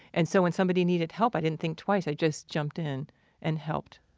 and so when somebody needed help, i didn't think twice. i just jumped in and helped.